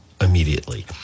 Immediately